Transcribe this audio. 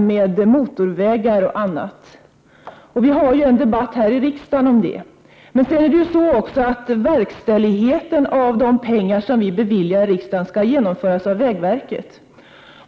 vidare upp motorvägar osv. — det pågår ju en debatt här i riksdagen om det. Verkställigheten av det som riksdagen beviljar pengar till skall genomföras av vägverket.